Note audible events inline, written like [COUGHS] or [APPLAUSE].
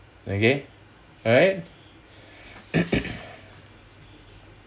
okay alright [COUGHS]